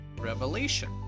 revelation